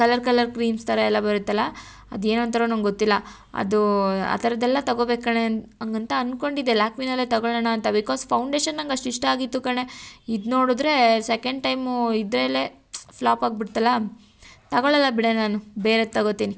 colour colour creams ಥರ ಎಲ್ಲ ಬರತ್ತಲ್ಲಾ ಅದು ಏನಂತಾರೋ ನಂಗೆ ಗೊತ್ತಿಲ್ಲ ಅದು ಆ ಥರದ್ದೆಲ್ಲ ತಗೋಬೇಕು ಕಣೇ ಹಂಗಂತ ಅಂದ್ಕೊಂಡಿದ್ದೆ ಲ್ಯಾಕ್ಮಿನಲ್ಲೆ ತಗೊಳ್ಳೋಣ ಅಂತ ಬಿಕೋಸ್ ಫೌಂಡೇಶನ್ ನಂಗೆ ಅಷ್ಟು ಇಷ್ಟ ಆಗಿತ್ತು ಕಣೇ ಇದು ನೋಡಿದ್ರೆ ಸೆಕಂಡ್ ಟೈಮು ಇದೆಲ್ಲ ಫ್ಲೋಫ್ ಆಗಿಬಿಡ್ತಲ್ಲಾ ತಗೊಳಲ್ಲ ಬಿಡೆ ನಾನು ಬೇರೆದು ತಗೋತೀನಿ